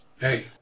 Hey